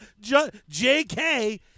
jk